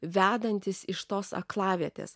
vedantis iš tos aklavietės